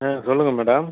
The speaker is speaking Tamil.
ஆ சொல்லுங்கள் மேடம்